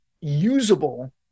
usable